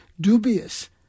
dubious